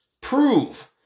prove